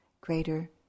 greater